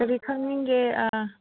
ꯀꯔꯤ ꯈꯪꯅꯤꯡꯒꯦ ꯑꯥ